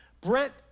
Brent